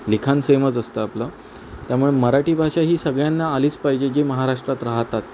लिखाण सेमच असतं आपलं त्यामुळे मराठी भाषा ही सगळ्यांना आलीच पाहिजे जे महाराष्ट्रात राहतात